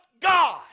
God